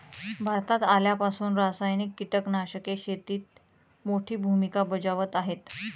भारतात आल्यापासून रासायनिक कीटकनाशके शेतीत मोठी भूमिका बजावत आहेत